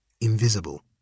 invisible